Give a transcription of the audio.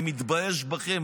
אני מתבייש בכם,